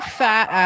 fat